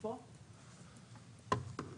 בבקשה.